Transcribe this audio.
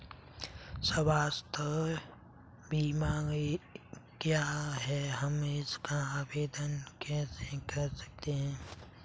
स्वास्थ्य बीमा क्या है हम इसका आवेदन कैसे कर सकते हैं?